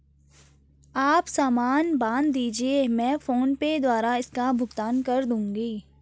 आप सामान बांध दीजिये, मैं फोन पे द्वारा इसका भुगतान कर दूंगी